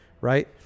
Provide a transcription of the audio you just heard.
Right